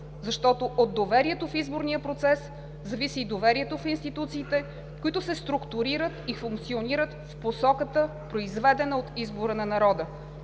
Защото от доверието в изборния процес зависи и доверието в институциите, които се структурират и функционират в посоката, произведена от избора на народа.